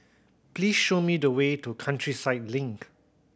please show me the way to Countryside Link